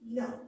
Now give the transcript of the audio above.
no